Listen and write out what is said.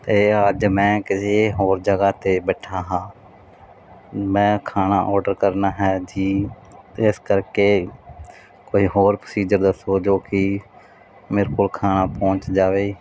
ਅਤੇ ਅੱਜ ਮੈਂ ਕਿਸੇ ਹੋਰ ਜਗ੍ਹਾ 'ਤੇ ਬੈਠਾ ਹਾਂ ਮੈਂ ਖਾਣਾ ਆਰਡਰ ਕਰਨਾ ਹੈ ਜੀ ਅਤੇ ਇਸ ਕਰਕੇ ਕੋਈ ਹੋਰ ਪ੍ਰੋਸੀਜ਼ਰ ਦੱਸੋ ਜੋ ਕੀ ਮੇਰੇ ਕੋਲ ਖਾਣਾ ਪਹੁੰਚ ਜਾਵੇ